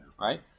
right